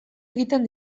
egiten